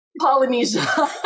Polynesia